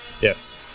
Yes